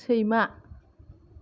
सैमा